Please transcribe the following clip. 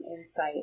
insight